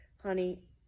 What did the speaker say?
Honey